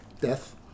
death